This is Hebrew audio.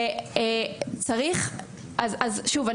אז שוב,